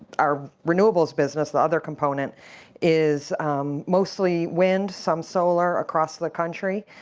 our renewables business the other component is mostly wind, some solar, across the country.